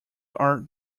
are